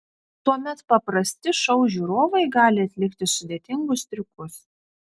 tuomet paprasti šou žiūrovai gali atlikti sudėtingus triukus